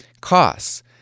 costs